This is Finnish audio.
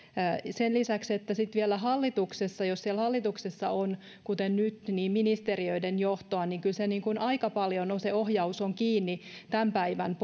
sen lisäksi että sitten vielä hallituksessa jos siellä hallituksessa on kuten nyt on ministeriöiden johtoa niin kyllä se ohjaus aika paljon on kiinni tämän päivän